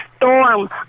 storm